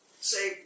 say